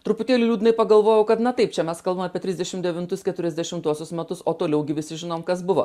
truputėlį liūdnai pagalvojau kad na taip čia mes kalbam apie trisdešim devintus keturiasdešimtuosius metus o toliau visi žinom kas buvo